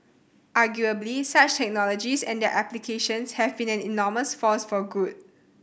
arguably such technologies and their applications have been an enormous force for good